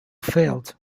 failed